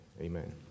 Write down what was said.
amen